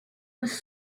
was